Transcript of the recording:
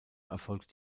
erfolgt